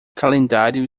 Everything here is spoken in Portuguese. calendário